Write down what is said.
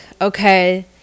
okay